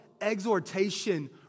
exhortation